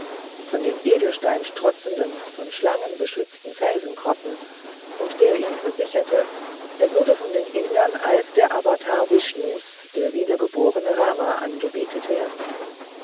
von edelsteinstrotzenden von schlangen geschützten felsengrotten und der ihm versicherte er würde von den indern als der avatar vishnus der wiedergeborene rama angebetet werden